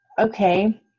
Okay